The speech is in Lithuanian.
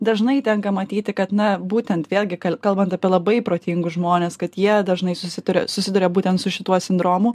dažnai tenka matyti kad na būtent vėlgi kalbant apie labai protingus žmones kad jie dažnai susiduria susiduria būtent su šituo sindromu